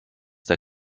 der